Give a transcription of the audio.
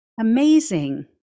Amazing